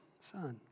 son